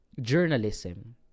journalism